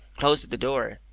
closed the door,